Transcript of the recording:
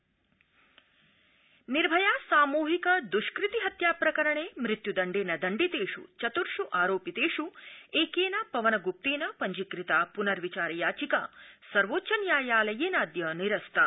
शीर्षन्यायालय निर्भया सामूहिक दृष्कृति हत्या प्रकरणे मृत्युदण्डेन दण्डितेष् चतृर्ष् आरोपितेष् एकेन पवन ग्प्तेन पब्जीकृता पुनर्विचार याचिका सर्वोच्च न्यायालयेनाद्य निरस्ता